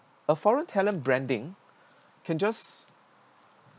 a foreign talent branding can just